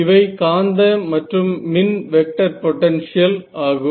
இவை காந்த மற்றும் மின் வெக்டர் பொட்டன்ஷியல் ஆகும்